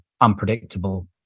unpredictable